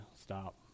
stop